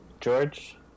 George